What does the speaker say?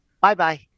Bye-bye